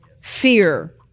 fear